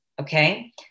okay